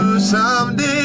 someday